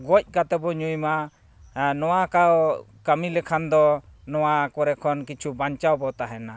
ᱜᱚᱡ ᱠᱟᱛᱮᱫ ᱵᱚᱱ ᱧᱩᱭᱼᱢᱟ ᱱᱚᱣᱟ ᱠᱚ ᱠᱟᱹᱢᱤ ᱞᱮᱠᱷᱟᱱ ᱫᱚ ᱱᱚᱣᱟ ᱠᱚᱨᱮ ᱠᱷᱚᱱ ᱠᱤᱪᱷᱩ ᱵᱟᱧᱪᱟᱣ ᱵᱚᱱ ᱛᱟᱦᱮᱱᱟ